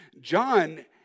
John